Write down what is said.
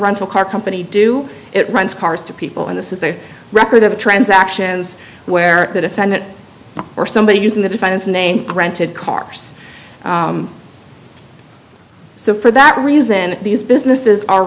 rental car company do it runs cars to people and this is a record of a transactions where the defendant or somebody using the defendant's name rented cars so for that reason these businesses are